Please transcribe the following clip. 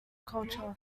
culture